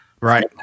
Right